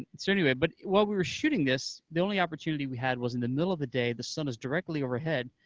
and so anyway, but while we were shooting this, the only opportunity we had was in the middle of the day, the sun was directly overhead,